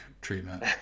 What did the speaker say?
treatment